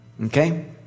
Okay